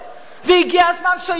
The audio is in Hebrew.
והגיע הזמן שהוא יפעיל